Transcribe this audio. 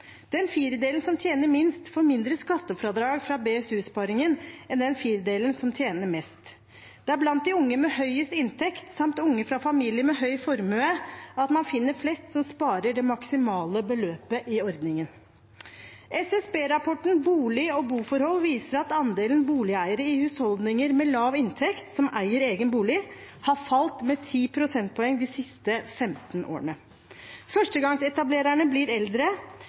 Den firedelen som tjener minst, får mindre skattefradrag for BSU-sparingen enn den firedelen som tjener mest. Det er blant de unge med høyest inntekt samt unge fra familier med høy formue at man finner flest som sparer det maksimale beløpet i ordningen. SSB-rapporten Bolig og boforhold viser at andelen boligeiere i husholdninger med lav inntekt – de som eier egen bolig – har falt med 10 prosentpoeng de siste 15 årene. Førstegangsetablererne blir eldre.